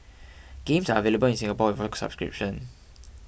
games are available in Singapore with a subscription